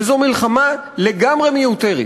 וזו מלחמה לגמרי מיותרת,